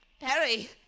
Perry